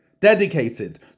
dedicated